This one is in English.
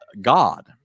God